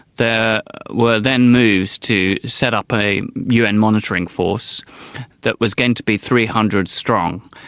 there were then moves to set up a un monitoring force that was going to be three hundred strong.